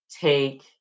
take